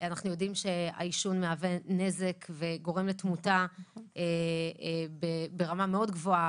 אנחנו יודעים שהעישון מהווה נזק וגורם לתמותה ברמה מאוד גבוהה,